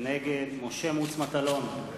נגד משה מטלון,